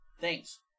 thanks